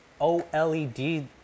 OLED